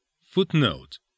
Footnote